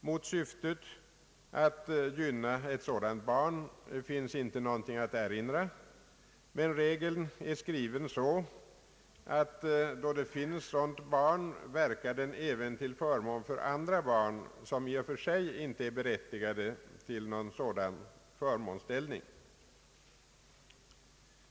Mot syftet att gynna ett sådant barn finns ingenting att erinra, men regeln är skriven så att då det finns sådant barn, verkar den även till förmån för andra barn som i och för sig inte är berättigade till någon sådan förmånsställning.